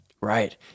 Right